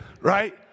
Right